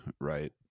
right